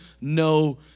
no